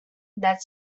that